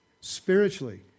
Spiritually